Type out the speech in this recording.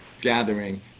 gathering